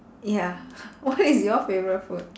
ya what is your favourite food